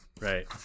Right